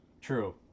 True